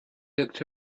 looked